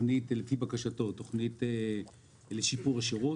תכנית לשיפור השירות.